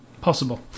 possible